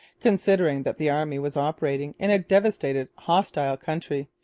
considering that the army was operating in a devastated hostile country,